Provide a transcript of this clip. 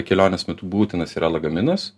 kelionės metu būtinas yra lagaminas